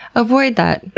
avoid that,